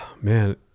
Man